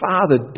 Father